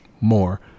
more